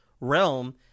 realm